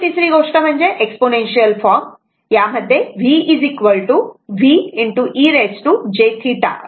आणि तिसरी गोष्ट म्हणजे एक्सपोनेन्शियल फॉर्म यामध्ये v V e jθ असे लिहितात